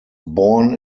born